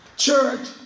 Church